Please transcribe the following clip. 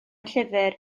llyfr